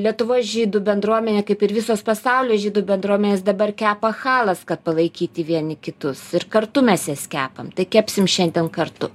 lietuvos žydų bendruomenė kaip ir visos pasaulio žydų bendruomenės dabar kepa chalas kad palaikyti vieni kitus ir kartu mes jas kepam tai kepsim šiandien kartu